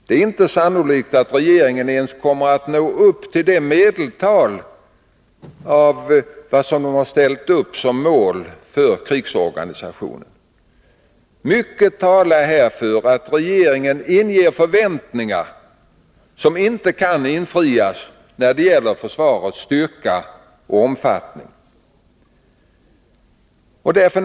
Det är inte sannolikt att regeringen ens kommer att nå upp till medeltalet av vad den ställt upp som mål för krigsorganisationen. Mycket talar för att regeringen när det gäller försvarets styrka och omfattning inger förväntningar som inte kan infrias.